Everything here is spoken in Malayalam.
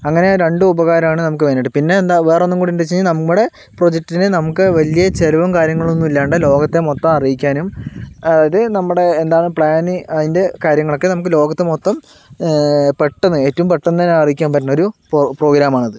അങ്ങനെ രണ്ട് ഉപകാരമാണ് നമക്ക് മെയിൻ ആയിട്ട് പിന്നെന്താ വേറൊന്നൂടുണ്ട് വെച്ച് നമ്മുടെ പ്രോജക്ടിനെ നമുക്ക് വല്യ ചിലവും കാര്യങ്ങളൊന്നും ഇല്ലാണ്ട് ലോകത്തെ മൊത്തം അറിയിക്കാനും ഇത് നമ്മടെ എന്താണ് പ്ലാന് അതിൻ്റെ കാര്യങ്ങളൊക്കെ നമുക്ക് ലോകത്തെ മൊത്തം പെട്ടെന്ന് ഏറ്റവും പെട്ടെന്ന് തന്നെ അറിയിക്കാൻ പറ്റുന്നൊരു പ്രോ പ്രോഗ്രാം ആണിത്